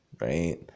right